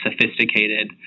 sophisticated